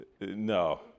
no